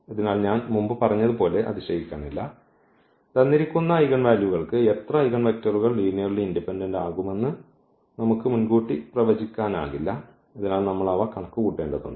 അതിനാൽ ഞാൻ മുമ്പ് പറഞ്ഞതുപോലെ അതിശയിക്കാനില്ല തന്നിരിക്കുന്ന ഐഗൻവാല്യൂകൾക്ക് എത്ര ഐഗൻ വെക്റ്ററുകൾ ലീനിയർലി ഇൻഡിപെൻഡന്റ് ആകുമെന്ന് നമുക്ക് മുൻകൂട്ടി പ്രവചിക്കാനാകില്ല അതിനാൽ നമ്മൾ അവ കണക്കുകൂട്ടേണ്ടതുണ്ട്